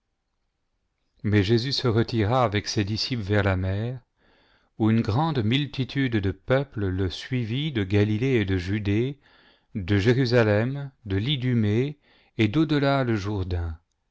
mais jésus se retira avec ses disciples vers la mer où une grande multitude de peuple le suivit de galilée et de judée de jérusalem de l'idumée et dau delà le